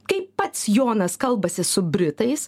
kaip pats jonas kalbasi su britais